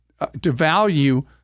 devalue